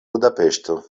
budapeŝto